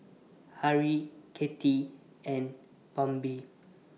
Harrie Katy and Bambi